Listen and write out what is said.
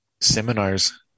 seminars